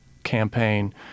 Campaign